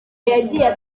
yagiye